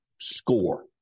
Score